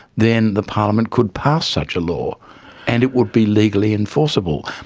then the parliament could pass such a law and it would be legally enforceable.